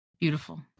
Beautiful